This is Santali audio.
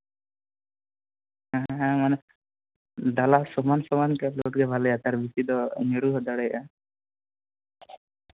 ᱟᱨ ᱰᱟᱞᱟ ᱥᱚᱢᱟᱱ ᱥᱚᱢᱟᱱ ᱞᱳᱰᱜᱮ ᱵᱷᱟᱜᱤᱭᱟ ᱠᱟᱨᱚᱱ ᱵᱮᱥᱤ ᱫᱚ ᱧᱩᱨᱦᱩ ᱦᱚᱸ ᱫᱟᱲᱮᱭᱟᱜᱼᱟ